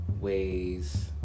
ways